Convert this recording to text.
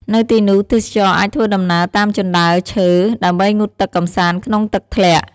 នៅទីនោះទេសចរអាចធ្វើដំណើរតាមជណ្តើរឈើ ដើម្បីងូតទឹកកម្សាន្តក្នុងទឹកធ្លាក់។